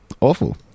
awful